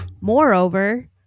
Moreover